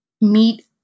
meet